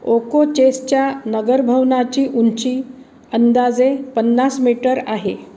ओकोचेसच्या नगरभवनाची उंची अंदाजे पन्नास मीटर आहे